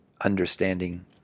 understanding